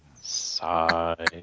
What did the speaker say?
Side